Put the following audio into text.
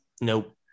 nope